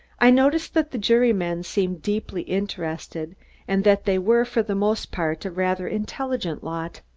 i noticed that the jurymen seemed deeply interested and that they were, for the most part, a rather intelligent lot.